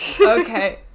Okay